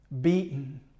beaten